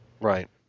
Right